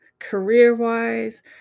career-wise